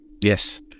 Yes